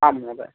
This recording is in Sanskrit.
आम् महोदय